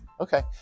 Okay